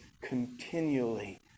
continually